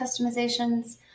customizations